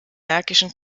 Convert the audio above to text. märkischen